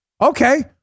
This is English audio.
Okay